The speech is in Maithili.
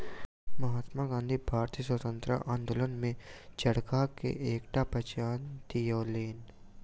महात्मा गाँधी भारतीय स्वतंत्रता आंदोलन में चरखा के एकटा पहचान दियौलैन